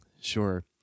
Sure